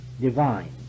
divine